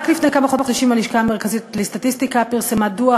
רק לפני כמה חודשים הלשכה המרכזית לסטטיסטיקה פרסמה דוח